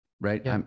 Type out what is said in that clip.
right